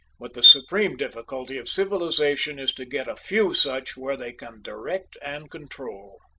but the supreme difficulty of civilization is to get a few such where they can direct and control.